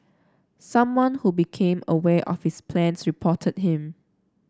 someone who became aware of his plans reported him